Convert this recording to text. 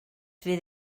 fydd